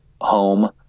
home